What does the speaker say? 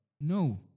no